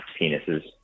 penises